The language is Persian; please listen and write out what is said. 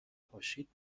پاشید